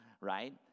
right